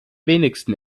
wenigsten